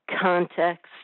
context